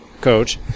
coach